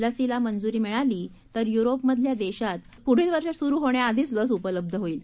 लसीला मंजूरी मिळाली तर युरोपमधल्या देशात पुढील वर्ष सुरू होण्याआधीच लस उपलब्ध होईल